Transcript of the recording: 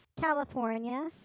California